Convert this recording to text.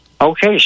Okay